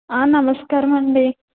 నమస్కారమండి